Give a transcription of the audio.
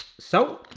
so,